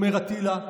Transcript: אומר אטילה,